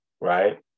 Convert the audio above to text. right